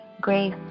grace